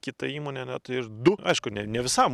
kita įmonė net ir du aišku ne ne visam